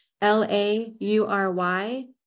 L-A-U-R-Y